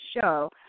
show